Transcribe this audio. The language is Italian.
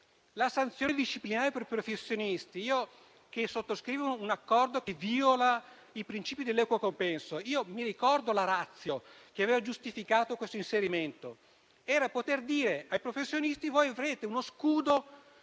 alla sanzione disciplinare per i professionisti che sottoscrivono un accordo che vìola i principi dell'equo compenso, mi ricordo la *ratio* che aveva giustificato questo inserimento. Era quella di dare ai professionisti uno scudo